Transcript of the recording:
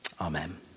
Amen